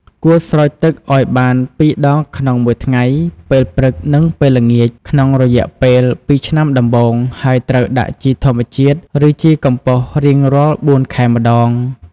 គួរស្រោចទឹកឲ្យបាន ២ ដងក្នុងមួយថ្ងៃ ពេលព្រឹក និងពេលល្ងាច ក្នុងរយៈពេល ២ ឆ្នាំដំបូង ហើយត្រូវដាក់ជីធម្មជាតិ ឬជីកំប៉ុស្តរៀងរាល់ ៤ ខែម្តង។